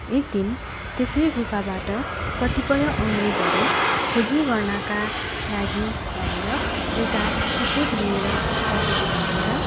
एक दिन त्यसै गुफाबाट कतिपय अङ्ग्रेजहरू खोजी गर्नका लागि भनेर एउटा कुकुर लिएर पसेको भनिन्छ